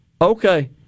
okay